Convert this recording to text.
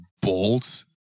bolts